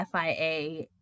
fia